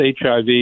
HIV